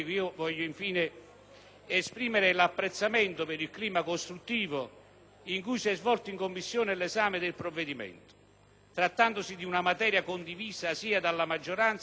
esprimere apprezzamento per il clima costruttivo in cui si è svolto in Commissione l'esame del provvedimento, trattandosi di materia condivisa sia dalla maggioranza che dall'opposizione,